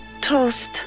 toast